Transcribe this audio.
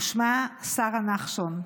ושמה שרה נחשון.